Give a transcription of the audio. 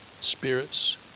spirits